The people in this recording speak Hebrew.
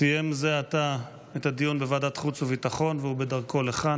הוא סיים זה עתה את הדיון בוועדת החוץ והביטחון והוא בדרכו לכאן.